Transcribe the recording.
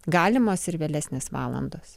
galimos ir vėlesnės valandos